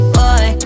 boy